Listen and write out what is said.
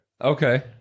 Okay